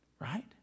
right